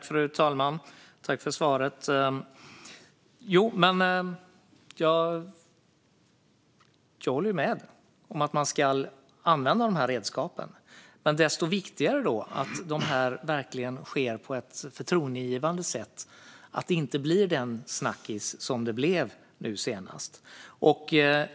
Fru talman! Jag tackar för svaret. Jag håller med om att man ska använda de här redskapen. Desto viktigare är det då att det verkligen sker på ett förtroendeingivande sätt, så att det inte blir den snackis som det blev nu senast.